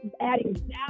adding